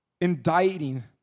indicting